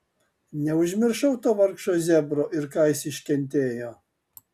neužmiršau to vargšo zebro ir ką jis iškentėjo